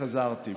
חזרתי בי.